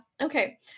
okay